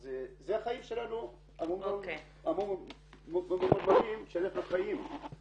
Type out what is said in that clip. אז זה החיים שלנו --- במדינה הזאת